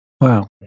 Wow